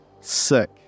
Sick